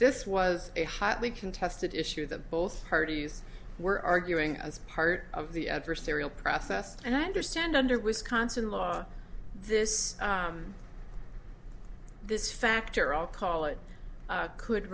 this was a hotly contested issue that both parties were arguing as part of the adversarial process and i understand under wisconsin law this this factor all call it could